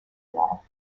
wall